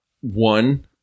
one